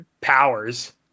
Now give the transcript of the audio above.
powers